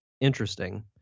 Interesting